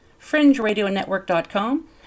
Fringeradionetwork.com